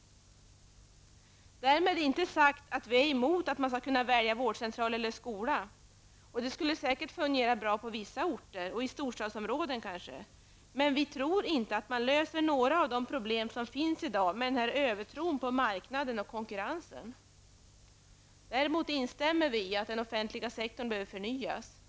Därmed inte sagt att vi är emot att man skall kunna välja vårdcentral eller skola. Det skulle säkert fungera bra på vissa orter, kanske i storstadsområden. Vi tror dock inte att man löser några av de problem som finns i dag med denna övertro på marknaden och konkurrensen. Däremot instämmer vi i att den offentliga sektorn behöver förnyas.